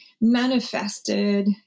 manifested